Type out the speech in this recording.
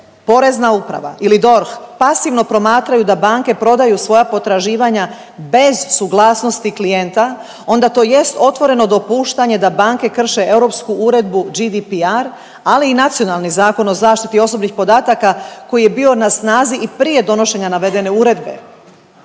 Porezna uprava ili DORH pasivno promatraju da banke prodaju svoja potraživanja bez suglasnosti klijenta onda to jest otvoreno dopuštanje da banke krše Europsku uredbu GDPR, ali i nacionalni Zakon o zaštiti osobnih podataka koji je bio na snazi i prije donošenja navedene uredbe.